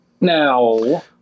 Now